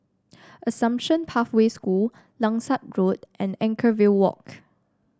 Assumption Pathway School Langsat Road and Anchorvale Walk